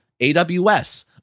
AWS